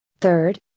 Third